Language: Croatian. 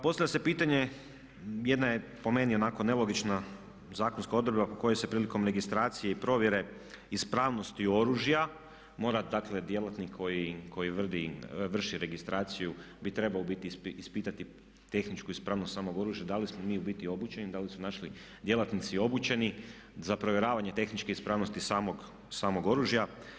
Postavlja se pitanje, jedna je po meni onako nelogična zakonska odredba po kojoj se prilikom registracije i provjere ispravnosti oružja mora dakle djelatnik koji vrši registraciju bi trebao ubiti ispitati tehničku ispravnost samog oružja, da li smo mi u biti obučeni, da li su naši djelatnici obučeni za provjeravanje tehničke ispravnosti samog oružja.